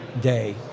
day